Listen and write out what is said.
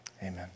Amen